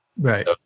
Right